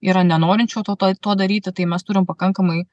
yra nenorinčių to to to daryti tai mes turim pakankamai